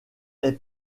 est